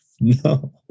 No